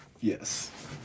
Yes